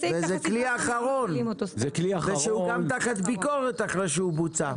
זה כלי אחרון שהוא גם תחת ביקורת אחרי שהוא בוצע.